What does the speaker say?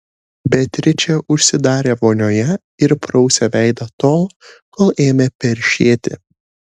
beatričė užsidarė vonioje ir prausė veidą tol kol ėmė peršėti